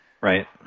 Right